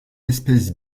espèces